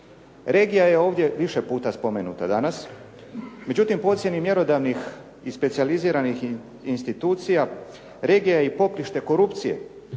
Regija je ovdje više puta spomenuta danas, međutim po ocjeni mjerodavnih i specijaliziranih institucija regija je i poprište korupcije